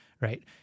right